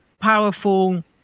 powerful